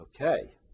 Okay